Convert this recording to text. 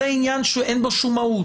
זה עניין שאין בו שום מהות.